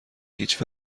هیچ